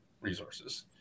resources